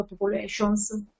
populations